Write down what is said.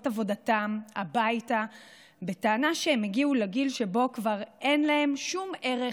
עבודתם הביתה בטענה שהם הגיעו לגיל שבו כבר אין להם שום ערך